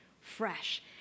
fresh